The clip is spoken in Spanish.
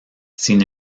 sin